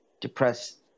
depressed